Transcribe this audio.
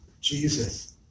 Jesus